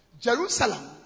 Jerusalem